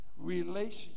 Relationship